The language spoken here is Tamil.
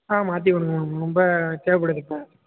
ஆ மாற்றி கொடுங்க மேம் ரொம்ப தேவைப்படுது இப்போ